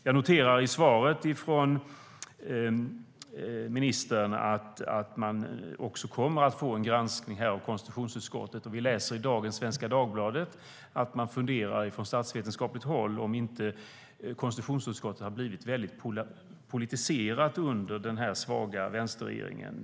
Jag noterar i svaret från ministern att det kommer att bli en granskning i konstitutionsutskottet. Vi läser i dagens Svenska Dagbladet att man från statsvetenskapligt håll funderar över om inte konstitutionsutskottet har blivit väldigt politiserat under den svaga vänsterregeringen.